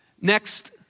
Next